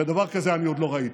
ודבר כזה אני עוד לא ראיתי,